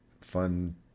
Fun